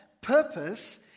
purpose